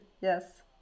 yes